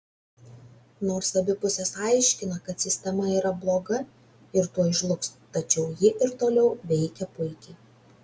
nors abi pusės aiškina kad sistema yra bloga ir tuoj žlugs tačiau ji ir toliau veikia puikiai